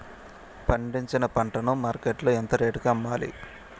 పండించిన పంట ను మార్కెట్ లో ఎంత రేటుకి అమ్మాలి?